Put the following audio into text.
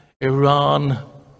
Iran